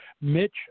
Mitch